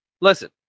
Listen